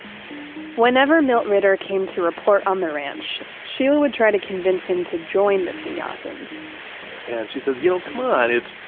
whenever milt ritter came to report on the ranch, sheela would try to convince him to join the sannyasins and she says, you know, come on. it's,